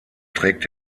trägt